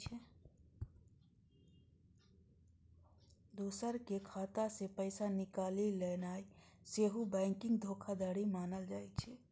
दोसरक खाता सं पैसा निकालि लेनाय सेहो बैंकिंग धोखाधड़ी मानल जाइ छै